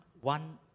one